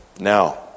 now